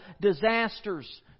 disasters